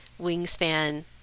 wingspan